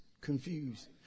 confused